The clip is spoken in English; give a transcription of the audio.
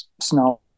snow